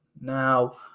Now